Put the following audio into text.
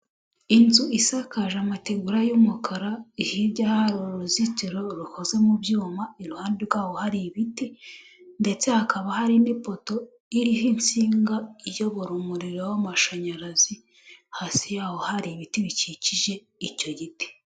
inzu isakaje amategura y'umukara hirya hari uruzitiro rukoze mu byuma iruhande rwaho hari ibiti ndetse hakaba hari n'ipoto iriho insinga iyobora umuriro w'amashanyarazi hasi yaho hari ibiti bikikije icyo giti.